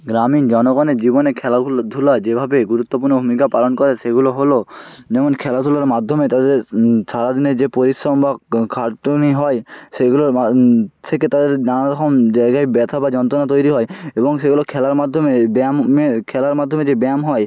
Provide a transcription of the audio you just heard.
গ্রামীণ জনগণের জীবনে খেলা হুলো ধুলা যেভাবে গুরুত্বপূর্ণ ভূমিকা পালন করে সেগুলো হলো যেমন খেলাধুলার মাধ্যমে তাদের সারা দিনের যে পরিশ্রম বা খাটুনি হয় সেইগুলোর শিখে তাদের নানা রকম জায়গায় ব্যথা বা যন্ত্রণা তৈরি হয় এবং সেগুলো খেলার মাধ্যমে ব্যায়ামের খেলার মাধ্যমে যে ব্যায়াম হয়